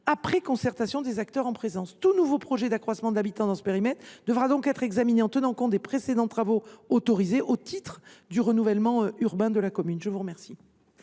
après concertation des acteurs en présence. Tout nouveau projet d’accroissement de l’habitat dans ce périmètre devra donc être examiné en tenant compte des précédents travaux autorisés au titre du renouvellement urbain de la commune. La parole